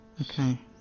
Okay